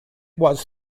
was